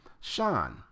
Sean